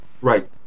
Right